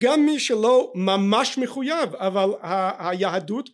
גם מי שלא ממש מחויב אבל היהדות